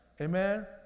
Amen